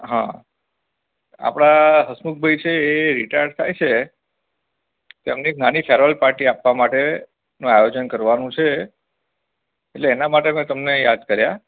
હા આપણા હસમુખભાઈ છે એ રિટાયર્ડ થાય છે તેમની એક નાની ફેરવેલ પાર્ટી આપવા માટેનું આયોજન કરવાનું છે એટલે એના માટે મે તમને યાદ કર્યા